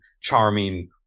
charming